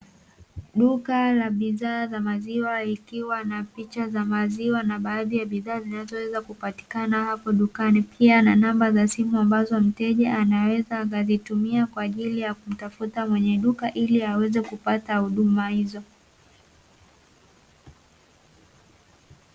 Duka la bidhaa za maziwa, likiwa na picha za maziwa na baadhi ya bidhaa, zinazoweza kupatikana hapo dukani pia na namba za simu ambazo mteja anaweza akazitumia kwa ajili ya kumtafuta mwenye duka ili aweze kupata huduma hizo.